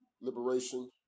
liberation